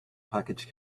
package